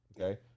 okay